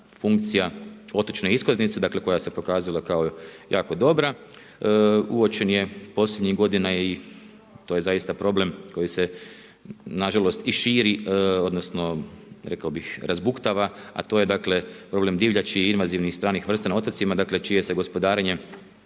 funkcija otočne iskaznice dakle koja se pokazala jako dobra. Uočen je posljednjih godina i to je zaista problem koji se nažalost i širi, odnosno rekao bih razbuktava a to je dakle problem divljači i invazivnih stranih vrsta na otocima dakle čije se gospodarenje